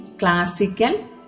Classical